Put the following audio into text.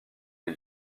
les